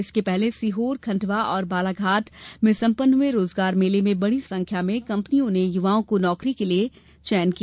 इसके पहले सीहोर खंडवा और बालाघाट में सम्पन्न रोजगार मेलों में बड़ी संख्या में कंपनियों ने युवाओं को नौकरी के लिए चयन किया